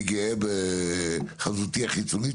אני גאה בחזותי החיצונית,